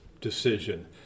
decision